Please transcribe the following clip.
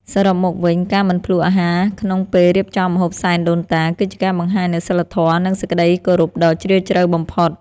សរុបមកវិញ ការមិនភ្លក្សអាហារក្នុងពេលរៀបចំម្ហូបសែនដូនតា គឺជាការបង្ហាញនូវសីលធម៌ និងសេចក្តីគោរពដ៏ជ្រាលជ្រៅបំផុត។